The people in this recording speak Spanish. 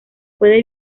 puede